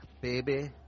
baby